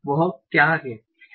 वो क्या है